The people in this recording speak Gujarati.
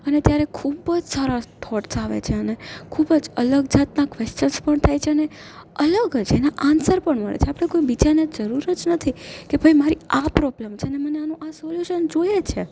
અને ત્યારે ખૂબ જ સારા થોંટસ આવે છે અને ખૂબ જ અલગ જાતના ક્વેશ્ચન્સ પણ થાય છે અને અલગ જ એના આન્સર પણ હોય છે આપણે કોઈ બીજાની જરૂર જ નથી કે ભઇ મારી આ પ્રોબ્લ્મ છે ને મને આનું આ સોલ્યુસન જોઈએ છે